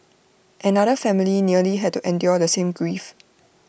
another family nearly had to endure the same grief